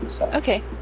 okay